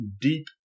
deep